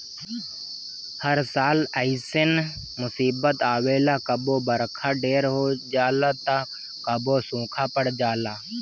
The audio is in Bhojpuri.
हर साल ऐइसने मुसीबत आवेला कबो बरखा ढेर हो जाला त कबो सूखा पड़ जाला